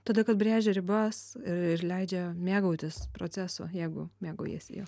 todėl kad brėžia ribas ir leidžia mėgautis procesu jeigu mėgaujiesi